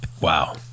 Wow